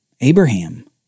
Abraham